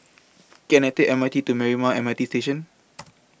Can I Take M R T to Marymount M R T Station